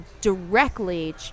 directly